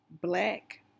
Black